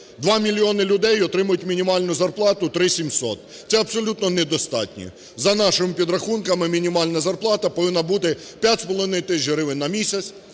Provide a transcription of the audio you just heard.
Два мільйони людей отримують мінімальну зарплату 3700, це абсолютно недостатньо. За нашими підрахунками, мінімальна зарплата повин6на бути 5,5 тисяч гривень на місяць,